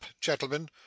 gentlemen